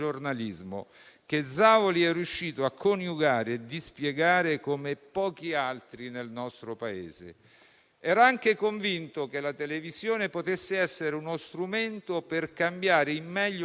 Il giornalismo era per lui la chiave per aprire la porta alla conoscenza del Paese, per scendere nella sua più intima essenza per sondarne e indagarne bellezza e complessità,